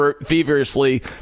feverishly